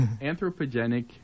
Anthropogenic